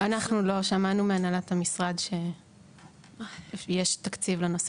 אנחנו לא שמענו מהנהלת המשרד שיש תקציב לנושא.